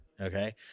okay